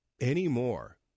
anymore